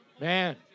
Man